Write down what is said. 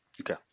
Okay